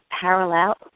parallel